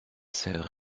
sœur